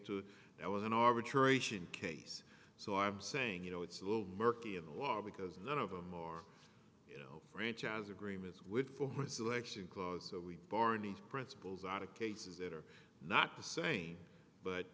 to there was an arbitration case so i'm saying you know it's a little murky in the law because none of them are you know franchise agreements with foreign selection clause so we barneys principles out of cases that are not the same but